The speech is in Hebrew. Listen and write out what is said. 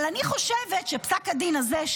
אבל אני חושבת שפסק הדין הזה,